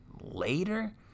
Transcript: later